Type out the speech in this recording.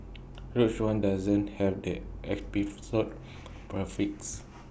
rogue one doesn't have the episode prefix